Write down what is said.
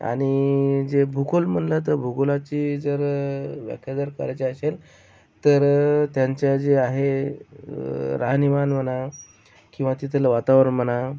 आणि जे भूगोल म्हणलं तर भूगोलाची जर व्याख्या जर करायची असेल तर त्यांचा जे आहे राहणीमान म्हणा किंवा तेथील वातावरण म्हणा